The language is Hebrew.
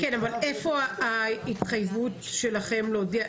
איפה ההתחייבות שלכם להודיע?